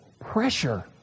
pressure